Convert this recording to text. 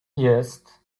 jest